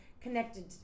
connected